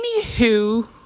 Anywho